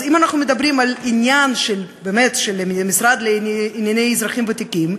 אם אנחנו מדברים על העניין של המשרד לאזרחים ותיקים,